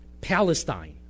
Palestine